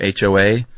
HOA